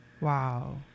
Wow